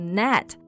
net